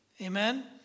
Amen